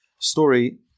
Story